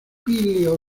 píleo